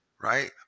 Right